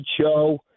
show